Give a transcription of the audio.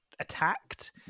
attacked